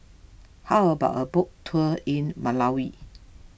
how about a boat tour in Malawi